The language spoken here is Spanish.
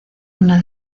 una